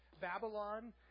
Babylon